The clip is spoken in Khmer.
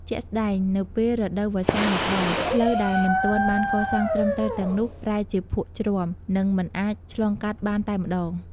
ជាក់ស្តែង នៅពេលរដូវវស្សាមកដល់ ផ្លូវដែលមិនទាន់បានកសាងត្រឹមត្រូវទាំងនោះ ប្រែជាភក់ជ្រាំ និងមិនអាចឆ្លងកាត់បានតែម្តង។